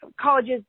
colleges